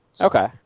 okay